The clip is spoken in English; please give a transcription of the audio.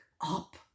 up